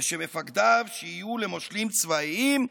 ושמפקדיו, שיהיו למושלים צבאיים,